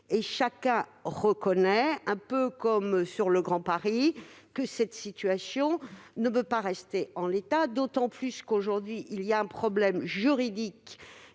Chacun reconnaît, un peu comme pour le Grand Paris, que cette situation ne peut pas rester en l'état, d'autant qu'il existe un problème juridique